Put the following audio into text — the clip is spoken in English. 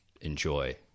enjoy